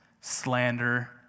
slander